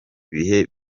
bihe